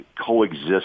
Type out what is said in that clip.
coexist